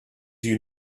you